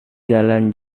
jalan